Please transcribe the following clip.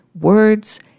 words